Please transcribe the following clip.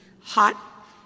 hot